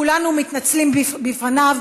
כולנו מתנצלים בפניו,